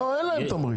אין להם.